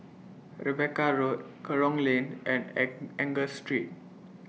Rebecca Road Kerong Lane and and Angus Street